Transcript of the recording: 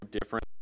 different